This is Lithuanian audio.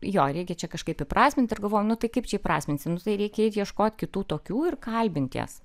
jo reikia čia kažkaip įprasmint ir galvoju nu tai kaip čia įprasminsi nu tai reikia eiti ieškot kitų tokių ir kalbint jas